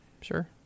Sure